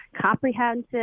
comprehensive